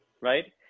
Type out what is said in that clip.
Right